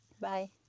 bye